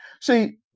see